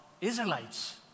Israelites